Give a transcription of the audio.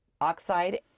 oxide